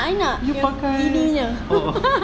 I know you properly ya